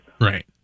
Right